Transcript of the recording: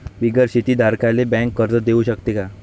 बिगर शेती धारकाले बँक कर्ज देऊ शकते का?